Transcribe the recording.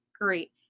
great